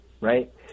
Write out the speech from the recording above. right